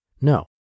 No